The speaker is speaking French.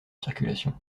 circulation